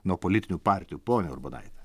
nuo politinių partijų ponia urbonaite